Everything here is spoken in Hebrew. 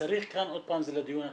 וצריך כאן, עוד פעם זה לדיון הכללי,